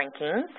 rankings